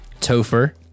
Topher